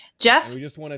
Jeff